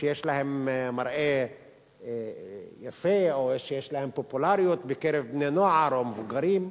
שיש להם מראה יפה או שיש להם פופולריות בקרב בני-נוער או מבוגרים,